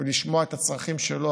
ולשמוע את הצרכים שלו,